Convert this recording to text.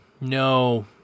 no